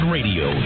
Radio